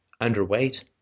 underweight